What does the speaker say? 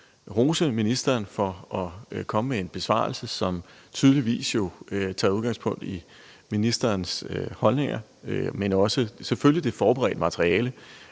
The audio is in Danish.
rose ministeren for at komme med en besvarelse, som jo tydeligvis tager udgangspunkt i ministerens holdninger, men selvfølgelig også i det forberedte materiale.